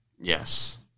Yes